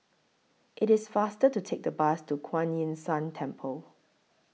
IT IS faster to Take The Bus to Kuan Yin San Temple